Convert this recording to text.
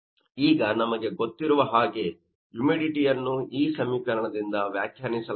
ಈಗ ನಮಗೆ ಗೊತ್ತಿರುವ ಹಾಗೇ ಹ್ಯೂಮಿಡಿಟಿಯನ್ನು ಈ ಸಮೀಕರಣದಿಂದ ವ್ಯಾಖ್ಯಾನಿಸಲಾಗಿದೆ